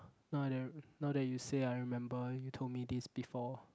now now that you say I remember you told me this before